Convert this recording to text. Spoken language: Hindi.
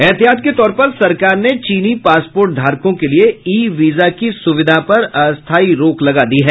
ऐहतियात के तौर पर सरकार ने चीनी पासपोर्ट धारकों के लिए ई वीजा की सुविधा पर अस्थायी रोक लगा दी है